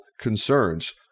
Concerns